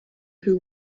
who